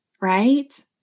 right